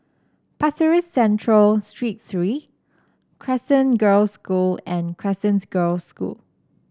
Pasir Ris Central Street Three Crescent Girls' School and Crescents Girls' School